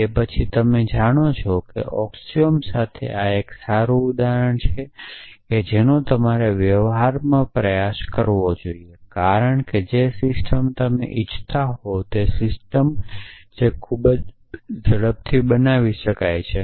તે પછી તમે જાણો છો કે ઑક્સિઓમ સાથે આ એક સારું ઉદાહરણ છે જેનો તમારે વ્યવહારમાં પ્રયાસ કરવો જ જોઇએ કારણ કે જે સિસ્ટમ તમે ઇચ્છતા હોવ તે સિસ્ટમ જે ખૂબ જ ઝડપથી બનાવી શકાય છે